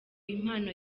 impano